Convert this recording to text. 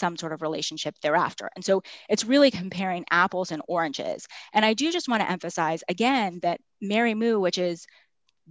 some sort of relationship thereafter and so it's really comparing apples and oranges and i just want to emphasize again that mary moo which is